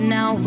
Now